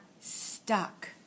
stuck